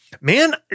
man